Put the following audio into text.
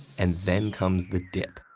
and then comes the dip.